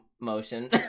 motion